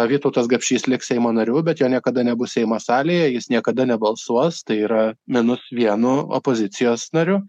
vytautas gapšys liks seimo nariu bet jo niekada nebus seimo salėje jis niekada nebalsuos tai yra minus vienu opozicijos nariu